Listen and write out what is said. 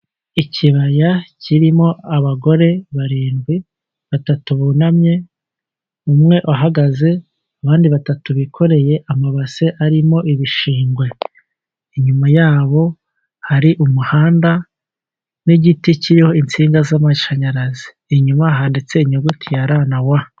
Ikibaya kirimo abagore barindwi batatu bunamye umwe ahagaze, abandi batatu bikoreye amabase arimo ibishingwe . Inyuma yabo hari umuhanda n'igiti kiriho insinga z'amashanyarazi, inyuma handitse inyuguti ya ra na wa.